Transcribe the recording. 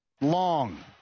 long